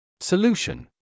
solution